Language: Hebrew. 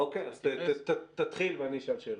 אוקיי, תתחיל ואני אשאל שאלות.